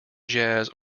jazz